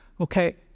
okay